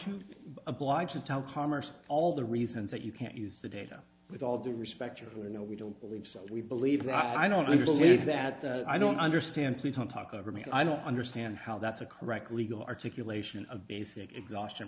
you obliged to tell commerce all the reasons that you can't use the data with all due respect you who are no we don't believe so we believe that i don't think that i don't understand please don't talk over me i don't understand how that's a correct legal articulation of basic exhaustion